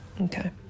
Okay